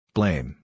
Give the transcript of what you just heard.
Blame